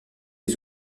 des